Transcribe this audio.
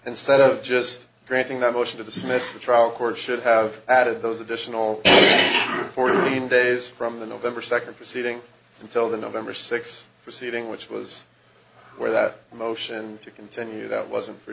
instead of just granting the motion to dismiss the trial court should have added those additional forty nine days from the november second proceeding until the november sixth proceeding which was where that motion to continue that wasn't for